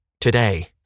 today